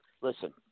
Listen